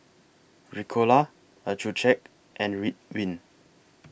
Ricola Accucheck and Ridwind